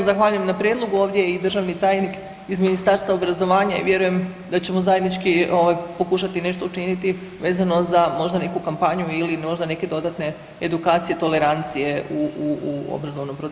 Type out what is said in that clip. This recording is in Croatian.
Pa evo zahvaljujem na prijedlogu, ovdje je i državni tajnik iz Ministarstva obrazovanja i vjerujem da ćemo zajednički ovaj pokušati nešto učiniti vezano za možda neku kampanju ili možda neke dodatne edukacije tolerancije u obrazovnom procesu.